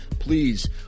Please